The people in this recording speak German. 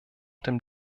dem